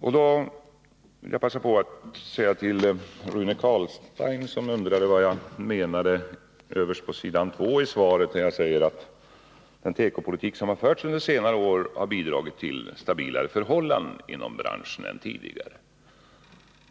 Jag vill passa på att vända mig till Rune Carlstein, som undrade vad jag menade när jag i svaret sade att den tekopolitik som förts under senare år har bidragit till stabilare förhållanden inom branschen än tidigare.